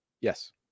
Yes